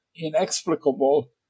inexplicable